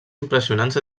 impressionants